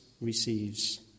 receives